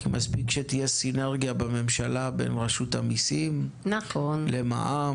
מספיק שתהיה סינרגיה בממשלה בין רשות המיסים למע"מ.